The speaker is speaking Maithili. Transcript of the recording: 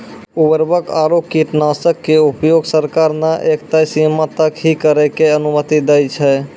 उर्वरक आरो कीटनाशक के उपयोग सरकार न एक तय सीमा तक हीं करै के अनुमति दै छै